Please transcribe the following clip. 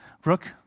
Brooke